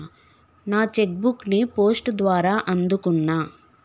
నా cheque book ని post ద్వారా అందుకున్నా